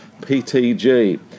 PTG